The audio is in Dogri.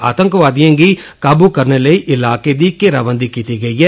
आतंकवादिएं गी काबू करने लेई इलाके दी घेराबंदी कीती गेई ऐ